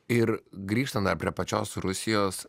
ir grįžtant dar prie pačios rusijos